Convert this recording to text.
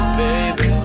baby